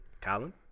Colin